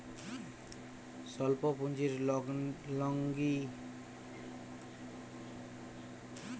স্বল্প পুঁজির লগ্নি বিষয়ে সব থেকে বড় কোন কোন বিপদগুলি আসতে পারে?